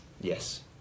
Yes